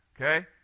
okay